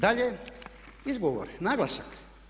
Dalje, izgovor, naglasak.